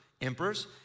emperors